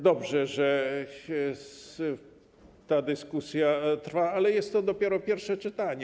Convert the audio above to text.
Dobrze, że ta dyskusja trwa, ale jest to dopiero pierwsze czytanie.